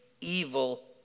evil